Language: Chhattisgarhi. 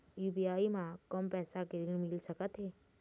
यू.पी.आई म कम पैसा के ऋण मिल सकथे?